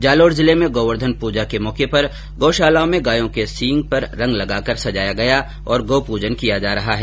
जालौर जिले में गोवर्धन पूजा के मौके पर गौशालाओं में गायों के सींग पर रंग लगाकर सजाया गया है और गौ पूजन किया जा रहा है